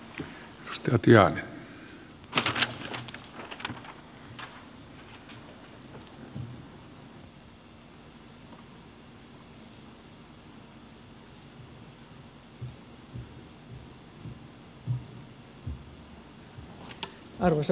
arvoisa puhemies